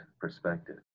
perspective